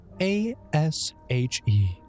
A-S-H-E